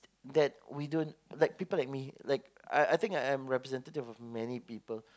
that we don't like people like me like I I think I am representative of many people